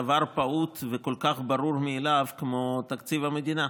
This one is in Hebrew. דבר פעוט וכל כך ברור מאליו כמו תקציב המדינה,